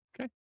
Okay